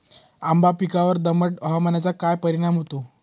आंबा पिकावर दमट हवामानाचा काय परिणाम होतो?